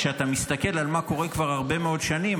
כשאתה מסתכל על מה קורה כבר הרבה מאוד שנים,